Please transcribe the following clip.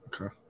Okay